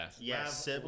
yes